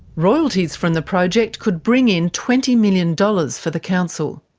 royalties from the project could bring in twenty million dollars for the council.